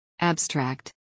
Abstract